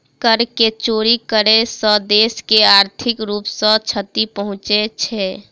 कर के चोरी करै सॅ देश के आर्थिक रूप सॅ क्षति पहुँचे छै